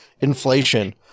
inflation